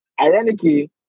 ironically